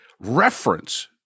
reference